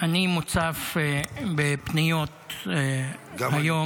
אני מוצף בפניות -- גם אני.